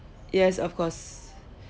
yes of course